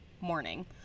morning